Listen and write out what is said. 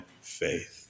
faith